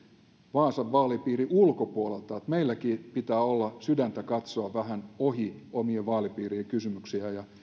vaasan vaalipiirin ulkopuolelta meilläkin pitää olla sydäntä katsoa vähän ohi omien vaalipiirien kysymyksien ja